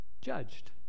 judged